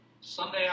Sunday